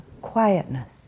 quietness